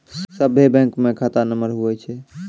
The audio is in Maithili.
सभे बैंकमे खाता नम्बर हुवै छै